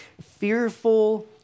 fearful